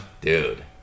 dude